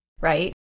right